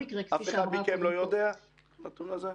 אף אחד מכם לא יודע את הנתון הזה?